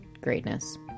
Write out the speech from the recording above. greatness